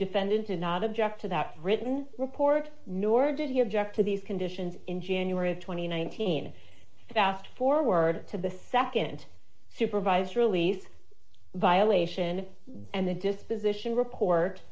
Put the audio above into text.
defendant did not object to that written report nor did he object to these conditions in january th seen fast forward to the nd supervised release violation and the disposition report